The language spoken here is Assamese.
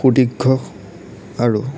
সূদীৰ্ঘ আৰু